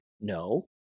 no